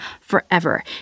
forever